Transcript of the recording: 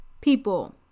people